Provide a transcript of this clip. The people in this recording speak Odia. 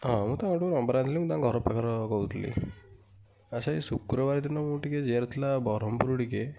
ହଁ ମୁଁ ତାଙ୍କଠୁ ନମ୍ବର୍ ଆଣିଥିଲି ମୁଁ ତାଙ୍କର ଘର ପାଖର କହୁଥିଲି ଆ ସେ ଶୁକ୍ରବାର ଦିନ ମୁଁ ଟିକେ ଯିବାର ଥିଲା ବରମ୍ପୁର ଟିକେ